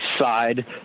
side